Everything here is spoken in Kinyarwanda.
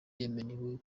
yemerewe